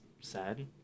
sad